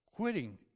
Quitting